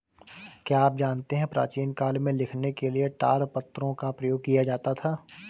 क्या आप जानते है प्राचीन काल में लिखने के लिए ताड़पत्रों का प्रयोग किया जाता था?